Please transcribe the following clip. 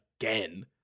again